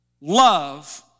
love